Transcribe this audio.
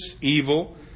evil